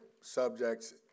subjects